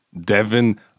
devin